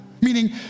Meaning